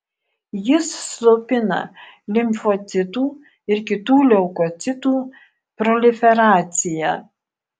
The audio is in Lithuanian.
jis slopina limfocitų ir kitų leukocitų proliferaciją